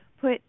put